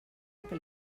que